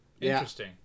Interesting